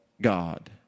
God